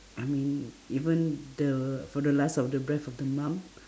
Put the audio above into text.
I mean even the for the last of the breath of the mum